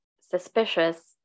suspicious